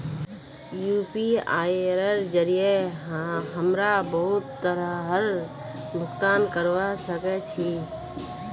यूपीआईर जरिये हमरा बहुत तरहर भुगतान करवा सके छी